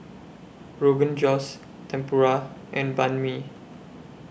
Rogan Josh Tempura and Banh MI